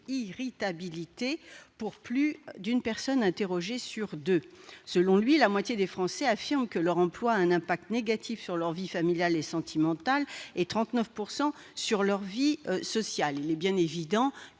irritabilité pour plus d'une personne interrogée sur deux. Selon lui, la moitié des Français affirment que leur emploi a un impact négatif sur leur vie familiale et sentimentale et 39 %, sur leur vie sociale. Il est bien évident que